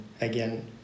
again